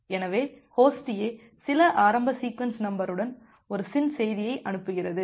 எனவே host A சில ஆரம்ப சீக்வென்ஸ் நம்பருடன் ஒரு SYN செய்தியை அனுப்புகிறது